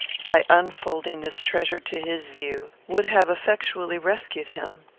by unfolding this treasure to his view, would have effectually rescued him.